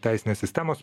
teisinės sistemos